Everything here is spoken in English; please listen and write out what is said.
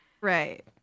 Right